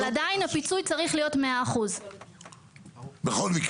אבל עדיין הפיצוי צריך להיות 100%. בכל מקרה.